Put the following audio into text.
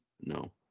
No